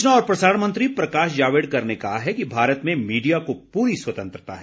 सूचना और प्रसारण मंत्री प्रकाश जावड़ेकर ने कहा है कि भारत में मीडिया को पूरी स्वतंत्रता है